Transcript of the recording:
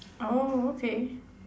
orh okay